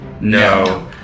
no